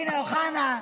הינה, אוחנה.